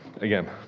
Again